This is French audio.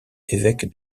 évêque